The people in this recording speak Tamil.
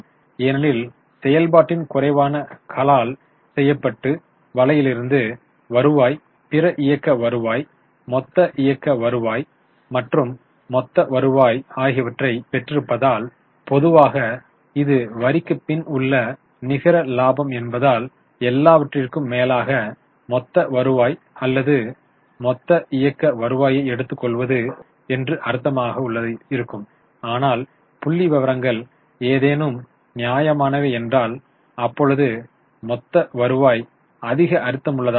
ஏனெனில் செயல்பாட்டின் குறைவான கலால் செயல்பாட்டு வலையிலிருந்து வருவாய் பிற இயக்க வருவாய் மொத்த இயக்க வருவாய் மற்றும் மொத்த வருவாய் ஆகியவற்றைப் பெற்றிருப்பதால் பொதுவாக இது வரிக்குப் பின் உள்ள நிகர லாபம் என்பதால் எல்லாவற்றிற்கும் மேலாக மொத்த வருவாய் அல்லது மொத்த இயக்க வருவாயை எடுத்துக்கொள்வது அர்த்தமுள்ளதாக இருக்கும் ஆனால் புள்ளிவிவரங்கள் ஏதேனும் நியாயமானவை என்றால் அப்பொழுது மொத்த வருவாய் அதிக அர்த்தமுள்ளதாக இருக்கும்